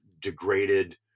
degraded